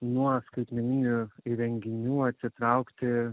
nuo skaitmeninių įrenginių atsitraukti